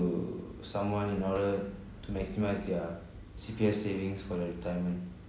someone in order to maximise their C_P_F savings for their retirement